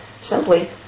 simply